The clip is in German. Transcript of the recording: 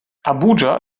abuja